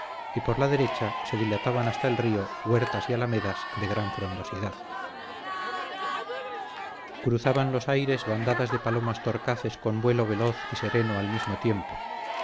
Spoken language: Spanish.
y por la derecha se dilataban hasta el río huertas y alamedas de gran frondosidad cruzaban los aires bandadas de palomas torcaces con vuelo veloz y sereno al mismo tiempo